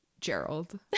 gerald